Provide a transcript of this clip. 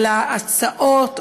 אלא הצעות,